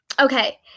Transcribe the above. Okay